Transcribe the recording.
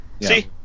See